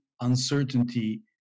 Uncertainty